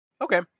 Okay